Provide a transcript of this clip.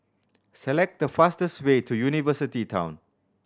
select the fastest way to University Town